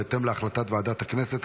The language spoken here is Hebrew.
בהתאם להחלטת ועדת הכנסת,